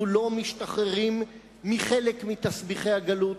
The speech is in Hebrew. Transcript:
אנחנו לא משתחררים מחלק מתסביכי הגלות,